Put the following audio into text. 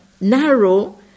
narrow